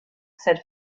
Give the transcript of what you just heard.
said